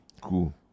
Cool